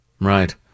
right